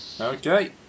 Okay